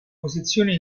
posizione